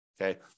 Okay